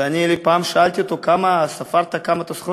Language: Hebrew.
ואני פעם שאלתי אותו: ספרת כמה אתה סוחב?